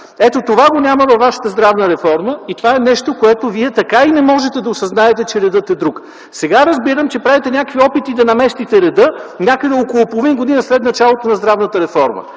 Ето това го няма във вашата здравна реформа и това е нещо, което Вие така и не можете да осъзнаете - че редът е друг. Сега разбирам, че правите някакви опити да наместите реда някъде около половин година след началото на здравната реформа.